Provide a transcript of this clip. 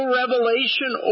revelation